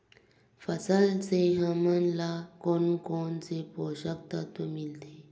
फसल से हमन ला कोन कोन से पोषक तत्व मिलथे?